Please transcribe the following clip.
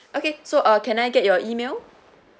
okay so uh can I get your email